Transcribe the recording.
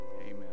Amen